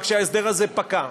רק שההסדר הזה פקע.